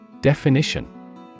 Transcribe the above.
Definition